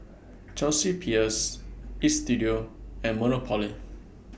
Chelsea Peers Istudio and Monopoly